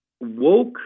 woke